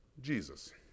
Jesus